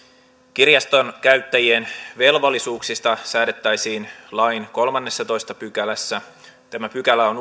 kirjastonkäyttäjien velvollisuuksista säädettäisiin lain kolmannessatoista pykälässä tämä pykälä on